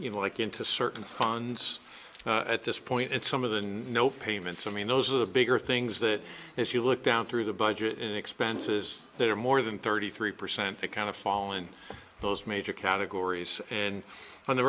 you know like into certain funds at this point and some of the no payments i mean those are the bigger things that as you look down through the budget in expenses that are more than thirty three percent that kind of fall in those major categories and on the